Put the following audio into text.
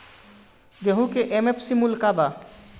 गेहू का एम.एफ.सी मूल्य का बा?